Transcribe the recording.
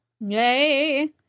Yay